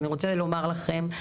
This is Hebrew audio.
אני רוצה לומר לכם,